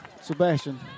Sebastian